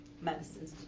medicines